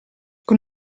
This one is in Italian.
con